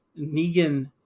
Negan